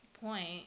point